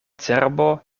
cerbo